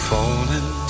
Falling